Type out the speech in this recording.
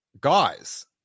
guys